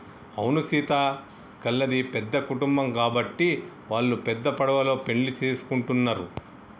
అవును సీత గళ్ళది పెద్ద కుటుంబం గాబట్టి వాల్లు పెద్ద పడవలో పెండ్లి సేసుకుంటున్నరు